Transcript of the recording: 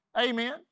Amen